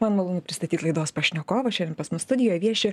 man malonu pristatyt laidos pašnekovą šiandien pas mus studijoj vieši